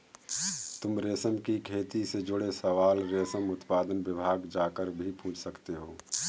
तुम रेशम की खेती से जुड़े सवाल रेशम उत्पादन विभाग जाकर भी पूछ सकते हो